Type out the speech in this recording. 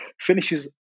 finishes